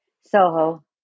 soho